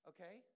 Okay